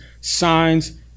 signs